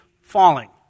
falling